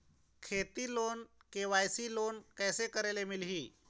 खेती loan KYC loan कइसे करे ले मिलही?